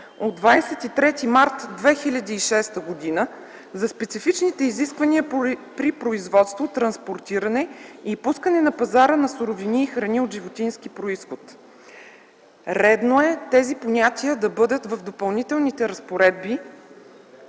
от 23 март 2006 г. за специфичните изисквания при производство, транспортиране и пускане на пазара на суровини и храни от животински произход. Редно е тези понятия да бъдат в Допълнителните разпоредби